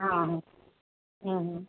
ହଉ ହୁଁ